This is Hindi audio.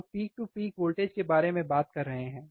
हम पीक टू पीक वोल्टेज के बारे में बात कर रहे हैं